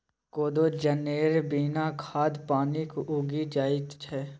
कोदो जनेर बिना खाद पानिक उगि जाएत छै